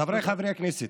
חבריי חברי הכנסת,